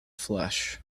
flesh